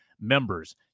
members